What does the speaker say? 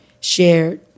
shared